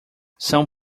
são